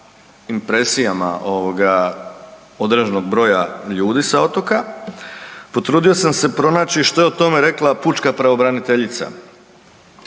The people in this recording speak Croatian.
na impresijama ovoga određenog broja ljudi sa otoka potrudio sam se pronaći što je o tome rekla pučka pravobraniteljica.